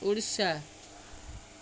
Orissa